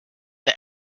the